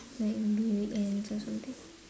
like maybe weekends or something